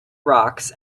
rocks